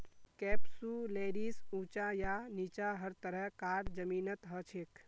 कैप्सुलैरिस ऊंचा या नीचा हर तरह कार जमीनत हछेक